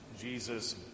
jesus